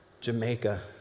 Jamaica